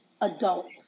adults